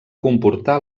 comportar